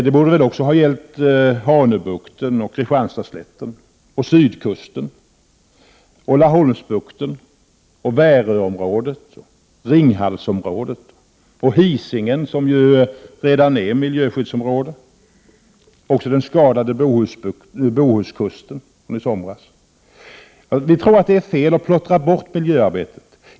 Det borde även ha gällt Hanöbukten och Kristianstadslätten, sydkusten och sedan Laholmsbukten, Väröområdet, Ringhalsområdet, liksom Hisingen, som redan är miljöskyddsområde, samt den skadade Bohuskusten. Det är fel att plottra bort miljöarbetet.